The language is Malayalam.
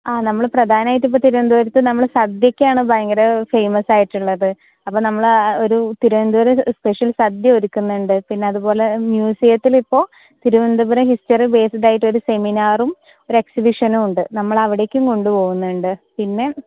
ആ നമ്മൾ പ്രധാനമായിട്ടിപ്പോൾ തിരുവനന്തപുരത്ത് നമ്മൾ സദ്യയ്ക്കാണ് ഭയങ്കര ഫേമസായിട്ടുള്ളത് അപ്പം നമ്മൾ ഒരു തിരുവനന്തപുരം സ്പെഷ്യൽ സദ്യ ഒരുക്കുന്നുണ്ട് പിന്നെ അതുപോലെ മ്യൂസിയത്തിൽ ഇപ്പോൾ തിരുവനന്തപുരം ഹിസ്റ്ററി ബേസ്ഡ് ആയിട്ടൊരു സെമിനാറും ഒരു എക്സിബിഷനുമുണ്ട് നമ്മൾ അവിടേക്കും കൊണ്ടുപോകുന്നുണ്ട് പിന്നെ